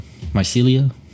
mycelia